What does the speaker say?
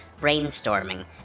brainstorming